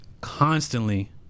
constantly